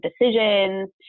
decisions